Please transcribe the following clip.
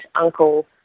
uncle